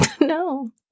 No